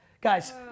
Guys